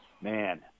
man